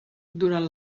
durant